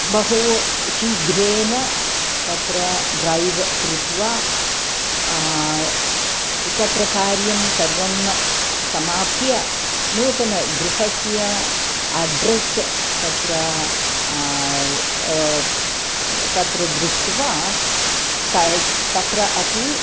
बहु शीघ्रेण तत्र ड्रैव् कृत्वा तत्र कार्यं सर्वं समाप्य नूतनस्य गृहस्य अड्रस् तत्र तत्र दृष्ट्वा तस् तत्र अपि